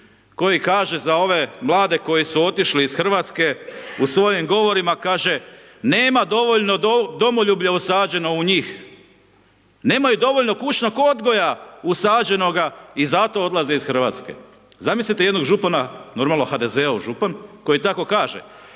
koji kaže za ove mlade koji su otišli iz Hrvatske, u svojim govorima kaže, nema dovoljno domoljublja usađeno u njih. Nemaju dovoljno kućnog odgoja usađenog i zato odlaze iz Hrvatske. Zamislite jednog župana, normalno, HDZ-ov župan koji tako kaže